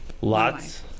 Lots